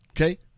Okay